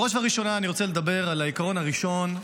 בראש ובראשונה אני רוצה לדבר על העיקרון הראשון,